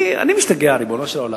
אני משתגע, ריבונו של עולם.